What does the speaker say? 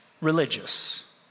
religious